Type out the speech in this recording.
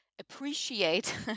appreciate